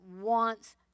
wants